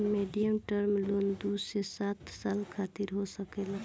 medium term loan दू से सात साल खातिर हो सकेला